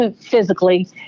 physically